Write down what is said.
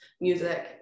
music